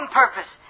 purpose